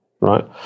Right